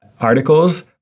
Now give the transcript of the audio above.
articles